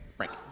Frank